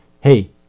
hey